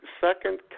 second